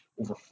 over